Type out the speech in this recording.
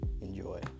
Enjoy